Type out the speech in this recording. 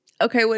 Okay